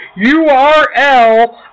URL